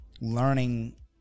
learning